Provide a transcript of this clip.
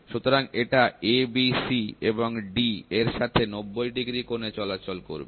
সুতরাং এটা A B C এবং D এর সাথে 90 ডিগ্রি কোণে চলাচল করবে